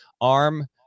arm